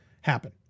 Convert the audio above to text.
happen